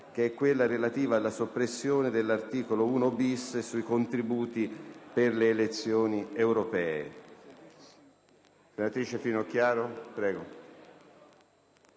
dei deputati, relativa alla soppressione dell'articolo 1-*bis* sui contributi per le elezioni europee.